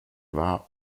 wahr